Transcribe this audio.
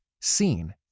seen